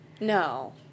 No